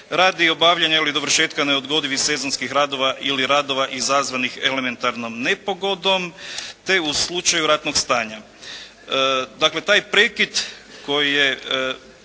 radi obavljanja ili dovršetka neodgodivih sezonskih radova ili radova izazvanih elementarnom nepogodom te u slučaju ratnog stanja. Dakle, taj prekid koji je